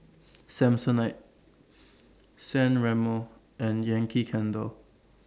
Samsonite San Remo and Yankee Candle